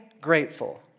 grateful